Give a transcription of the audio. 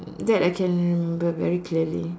that I can remember very clearly